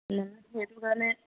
সেইটো কাৰণে